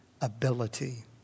ability